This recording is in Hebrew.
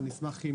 ואני אשמח אם